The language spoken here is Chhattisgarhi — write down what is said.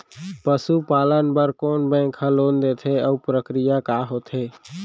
पसु पालन बर कोन बैंक ह लोन देथे अऊ प्रक्रिया का होथे?